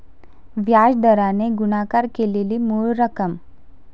व्याज दराने गुणाकार केलेली मूळ रक्कम